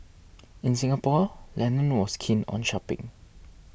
in Singapore Lennon was keen on shopping